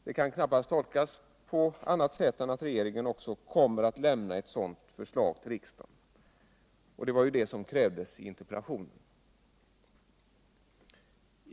Detta kan knappast tolkas på annat sätt än att regeringen också kommer att lämna ett sådant förslag till riksdagen, och det var ju det som krävdes i interpellationen.